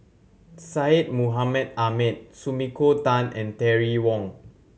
Syed Mohamed Ahmed Sumiko Tan and Terry Wong